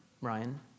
Ryan